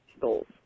goals